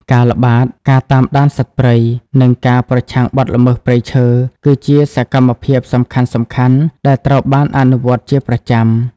ការល្បាត ការតាមដានសត្វព្រៃ និងការប្រឆាំងបទល្មើសព្រៃឈើ គឺជាសកម្មភាពសំខាន់ៗដែលត្រូវបានអនុវត្តជាប្រចាំ។